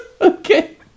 Okay